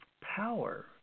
power